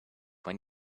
when